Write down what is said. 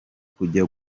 kujya